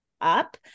up